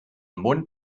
mund